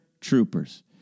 troopers